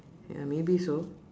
ya maybe so